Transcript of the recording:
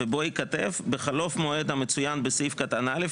ובו ייכתב "בחלוף מועד המצוין בסעיף קטן (א),